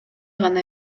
гана